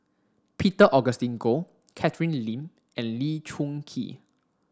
Peter Augustine Goh Catherine Lim and Lee Choon Kee